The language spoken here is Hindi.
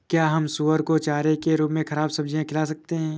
क्या हम सुअर को चारे के रूप में ख़राब सब्जियां खिला सकते हैं?